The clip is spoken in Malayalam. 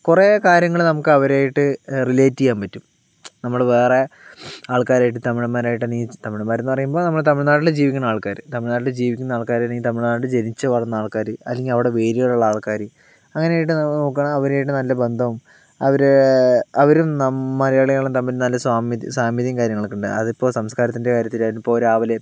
കുറേ കാര്യങ്ങള് നമുക്ക് അവരുമായിട്ട് റിലേറ്റ് ചെയ്യാൻ പറ്റും നമ്മള് വേറെ ആൾക്കാരുമായിട്ട് തമിഴന്മാരുമായിട്ട് ഈ തമിഴന്മാരെന്നു പറയുമ്പോൾ നമ്മളെ തമിഴ്നാട്ടില് ജീവിക്കുന്ന ആൾക്കാര് തമിഴ്നാട്ടിൽ ജീവിക്കുന്ന ആൾക്കാരുതന്നെ തമിഴ്നാട്ടിൽ ജനിച്ചു വളർന്ന ആൾക്കാര് അല്ലെങ്കിൽ അവിടെ വേരുകളുള്ള ആൾക്കാര് അങ്ങനെയായിട്ട് നമ്മൾ നോക്കുകയാണെങ്കിൽ അവരുമായിട്ട് നല്ല ബന്ധം അവര് അവരും മലയാളികളും തമ്മിൽ നല്ല സാമ്യത സാമ്യതയും കാര്യങ്ങളൊക്കെയുണ്ട് അതിപ്പോൾ സംസ്കാരത്തിന്റെ കാര്യത്തിലായാലും ഇപ്പോൾ രാവിലെ